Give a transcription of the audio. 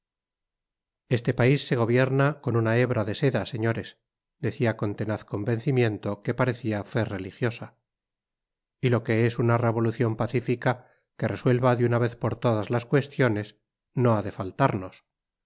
este país se gobierna con una hebra de seda señores decía con tenaz convencimiento que parecía fe religiosa y lo que es una revolución pacífica que resuelva de una vez todas las cuestiones no ha de faltarnos